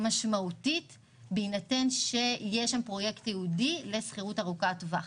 משמעותית בהינתן שיש שם פרויקט ייעודי לשכירות ארוכת טווח.